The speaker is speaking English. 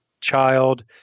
child